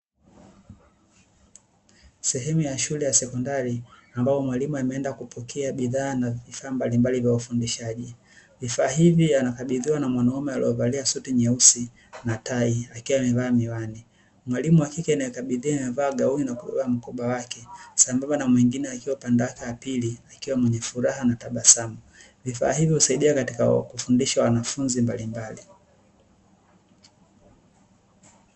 Sehemu ya shule ya sekondari ambapo mwalimu ameenda kupokea bidhaa na vifaa mbalimbali vya ufundishaji, vifaa hivi anakabidhiwa na mwanaume alievalia suti nyeusi na tai akiwa amevaa miwani, mwalimu wa kike anayekabidhiwa amevaa gauni na kuvaa mkoba wake sambamba na mwingine akiwa upande wake wa pili akiwa mwenye furaha na tabasamu, vifaa hivyo husaidia katika kufundisha wanafunzi mbalimbali.